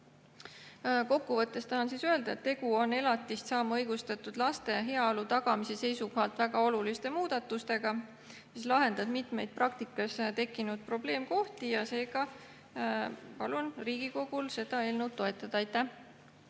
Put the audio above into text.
Kokkuvõttes tahan öelda, et tegu on elatist saama õigustatud laste heaolu tagamise seisukohalt väga oluliste muudatustega, mis lahendavad mitu praktikas tekkinud probleemkohta, ja seega palun Riigikogul seda eelnõu toetada. Aitäh!